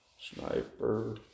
Sniper